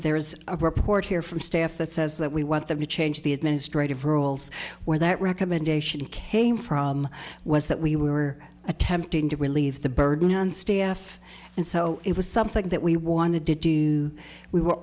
there's a report here from staff that says that we want them to change the administrative rules where that recommendation came from was that we were attempting to relieve the burden on standoff and so it was something that we wanted to do we were